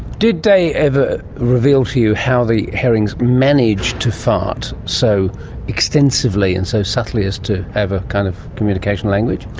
did they ever reveal to you how the herrings managed to fart so extensively and so subtly as to have a kind of communication language?